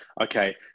okay